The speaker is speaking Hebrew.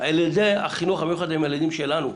ילדי החינוך המיוחד הם הילדים שלנו.